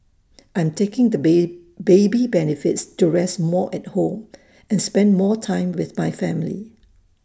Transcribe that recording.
I'm taking the baby benefits to rest more at home and spend more time with my family